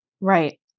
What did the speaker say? Right